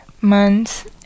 months